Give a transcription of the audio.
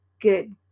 good